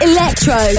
Electro